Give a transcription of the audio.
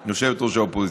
האופוזיציה.